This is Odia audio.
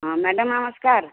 ହଁ ମାଡ଼୍ୟାମ ନମସ୍କାର